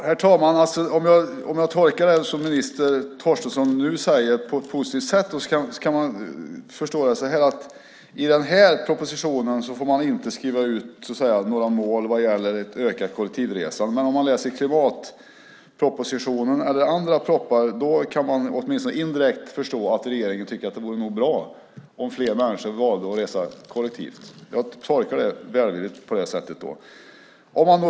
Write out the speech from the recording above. Herr talman! Om jag ska tolka det som minister Torstensson nu sade på ett positivt sätt får man enligt den här propositionen inte skriva ut några mål om ett ökat kollektivresande. Men om man läser klimatpropositionen eller andra propositioner kan man, åtminstone indirekt, förstå att regeringen tycker att det nog vore bra om fler människor valde att resa kollektivt. Jag gör den välvilliga tolkningen.